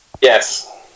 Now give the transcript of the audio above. Yes